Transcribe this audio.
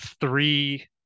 three